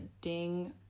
ding